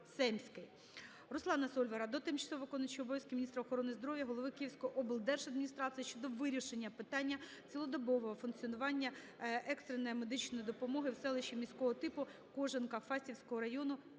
РусланаСольвара до тимчасово виконуючої обов'язки міністра охорони здоров'я, голови Київської облдержадміністрації щодо вирішення питання цілодобового функціонування екстреної медичної допомоги в селищі міського типу Кожанка Фастівського району